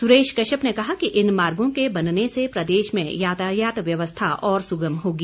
सुरेश कश्यप ने कहा कि इन मार्गों के बनने से प्रदेश में यातायात व्यवस्था और सुगम होगी